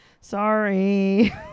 sorry